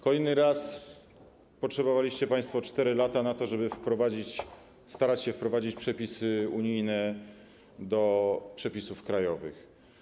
Kolejny raz potrzebowaliście państwo 4 lat na to, żeby starać się wprowadzić przepisy unijne do przepisów krajowych.